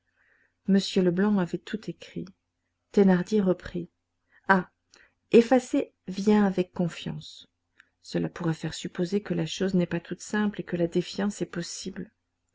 m leblanc avait tout écrit thénardier reprit ah effacez viens avec confiance cela pourrait faire supposer que la chose n'est pas toute simple et que la défiance est possible